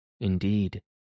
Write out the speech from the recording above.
indeed